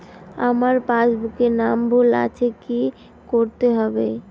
আমার পাসবুকে নাম ভুল আছে কি করতে হবে?